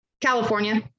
California